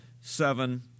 seven